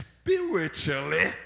spiritually